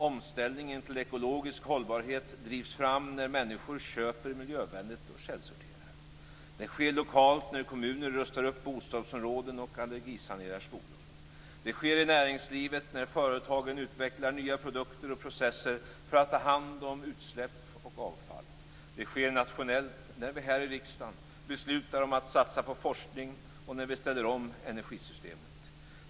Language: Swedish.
Omställningen till ekologisk hållbarhet drivs fram när människor köper miljövänligt och källsorterar. Det sker lokalt när kommuner rustar upp bostadsområden och allergisanerar skolor. Det sker i näringslivet när företagen utvecklar nya produkter och processer för att ta hand om utsläpp och avfall. Det sker nationellt när vi här i riksdagen beslutar om att satsa på forskning och när vi ställer om energisystemet.